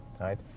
right